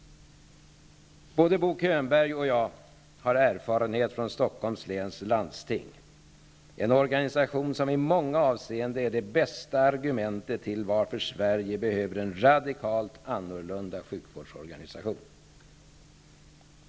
Både Bo Könberg och jag har erfarenhet från Stockholms läns landsting, en organisation som i många avseenden utgör det bästa argumentet till varför Sverige behöver en radikalt annorlunda sjukvårdsorganisation.